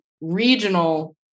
regional